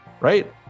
right